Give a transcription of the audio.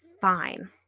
fine